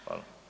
Hvala.